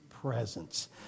presence